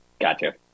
Gotcha